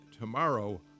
tomorrow